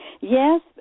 Yes